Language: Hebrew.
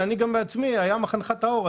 ואני בעצמי אומר: והיה מחנך טהור.